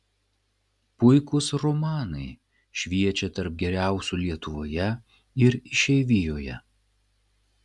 puikūs romanai šviečią tarp geriausių lietuvoje ir išeivijoje